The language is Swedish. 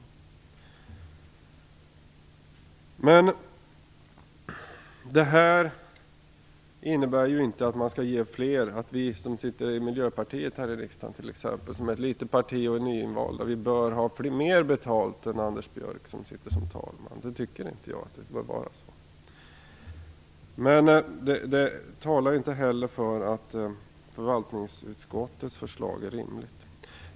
Det här innebär inte att t.ex. vi som representerar ett litet parti som Miljöpartiet och som är nyinvalda bör ha mer betalt än Anders Björck som är vice talman. Så tycker jag inte att det bör vara. Men det innebär inte att förvaltningsutskottets förslag är rimligt.